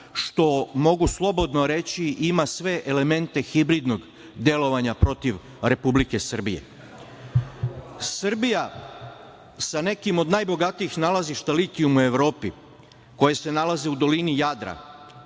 što mogu slobodno reći da ima sve elemente hibridnog delovanja protiv Republike Srbije. Srbija sa nekim od najbogatijih nalazišta litijuma u Evropi, koje se nalaze u dolini Jadra,